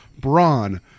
Brawn